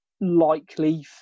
likely